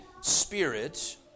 Spirit